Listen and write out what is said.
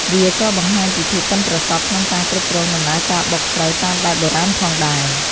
វាក៏បង្ហាញពីភាពប៉ិនប្រសប់ក្នុងការគ្រប់គ្រងដំណើរការបុកស្រូវតាមបែបបុរាណផងដែរ។